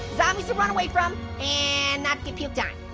zombies to run away from, and not get puked on.